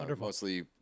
mostly